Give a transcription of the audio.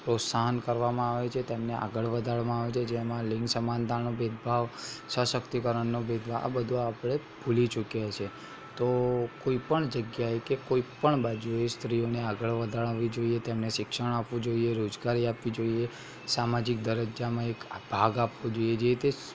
પ્રોત્સાહન કરવામાં આવે છે તેમને આગળ વધારવામાં આવે છે કે જેમાં લિંગ સમાનતાનો ભેદભાવ સશક્તિકરણનો ભેદભાવ આ બધું આપણે ભૂલી ચૂક્યા છીએ તો કોઇપણ જગ્યાએ કે કોઇપણ બાજુએ સ્ત્રીઓને આગળ વધારવી જોઇએ તેઓને શિક્ષણ આપવું જોઇએ રોજગારી આપવી જોઇએ સામાજિક દરજ્જામાં એક ભાગ આપવો જોઇએ જે તે